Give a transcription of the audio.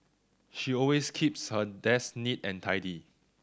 she always keeps her desk neat and tidy